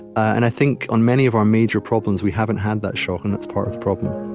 and i think, on many of our major problems, we haven't had that shock, and that's part of the problem